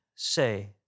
Say